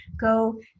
Go